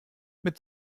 mit